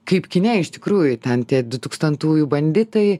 kaip kine iš tikrųjų ten tie dutūkstantųjų banditai